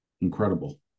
Incredible